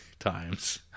times